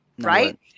Right